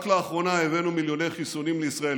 רק לאחרונה הבאנו מיליוני חיסונים לישראל,